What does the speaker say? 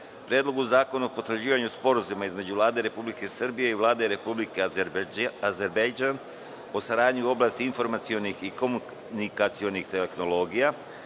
Predlogu zakona o potvrđivanju Sporazuma između Vlade Republike Srbije i Vlade Republike Azerbejdžan o saradnji u oblasti informacionih i komunikacionih tehnologija;